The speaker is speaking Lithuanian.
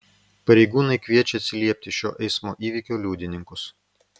pareigūnai kviečia atsiliepti šio eismo įvykio liudininkus